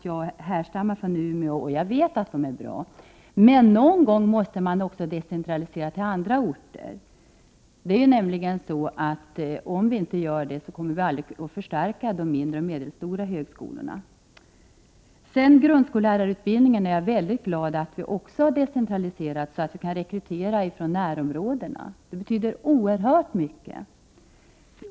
Jag härstammar från Umeå och vet att Umeå är bra, men någon gång måste man också decentralisera till andra orter. Om vi inte gör det, kommer vi aldrig att förstärka de mindre och medelstora högskolorna. Jag är mycket glad över att vi också har decentraliserat grundskollärarutbildningen, så att man kan rekrytera från närområdena. Det betyder oerhört mycket.